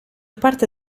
parte